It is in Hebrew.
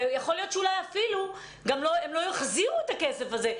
ואולי הם אפילו לא יחזירו את הכסף הזה.